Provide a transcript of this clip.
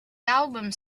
albums